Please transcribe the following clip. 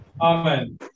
Amen